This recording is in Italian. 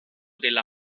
della